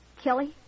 Kelly